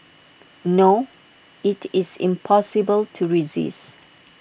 no IT is impossible to resist